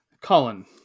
Colin